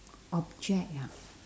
object ah